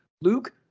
Luke